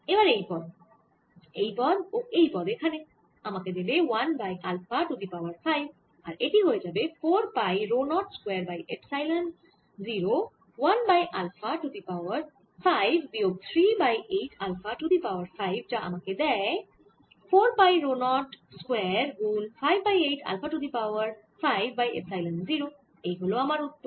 এবার এই পদ এই পদ ও এই পদ এখানে আমাকে দেবে 1 by alpha to the power 5 আর এটি হয়ে যাবে 4 pi rho 0 square by epsilon 0 1 by alpha to the power 5 বিয়োগ 3 by 8 alpha to the power 5 যা আমাকে দেয় 4 পাই রো 0 স্কয়ার গুন 5 by 8 alpha to the power 5 by epsilon 0 এই হল আমার উত্তর